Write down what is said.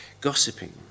gossiping